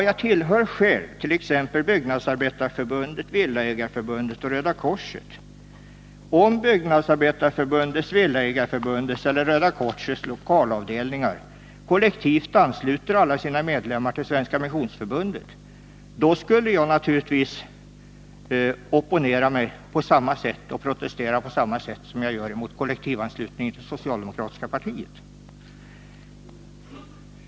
Jag tillhör själv t.ex. Byggnadsarbetareförbundet, Villaägareförbundet och Röda korset. Om Byggnadsarbetareförbundets, Villaägareförbundets eller Röda korsets lokalavdelningar kollektivt ansluter alla sina medlemmar till Svenska missionsförbundet, skulle jag naturligtvis protestera på samma sätt som jag gör mot kollektivanslutningen till socialdemokratiska partiet.